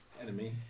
enemy